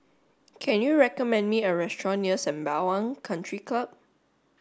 can you recommend me a restaurant near Sembawang Country Club